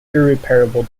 irreparable